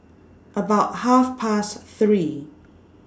about Half Past three